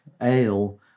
ale